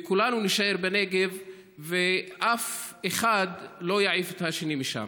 כולנו נישאר בנגב ואף אחד לא יעיף את השני משם.